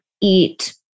eat